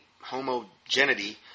homogeneity